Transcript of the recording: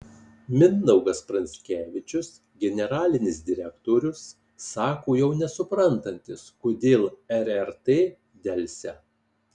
mindaugas pranskevičius generalinis direktorius sako jau nesuprantantis kodėl rrt delsia